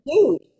dude